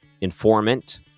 informant